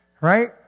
Right